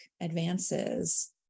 advances